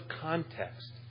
context